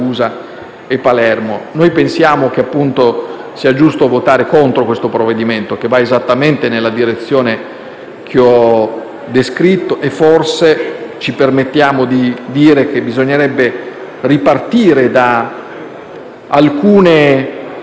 Noi pensiamo che sia giusto votare contro questo provvedimento, che va esattamente nella direzione che ho descritto. E ci permettiamo di dire che, forse, bisognerebbe ripartire da alcune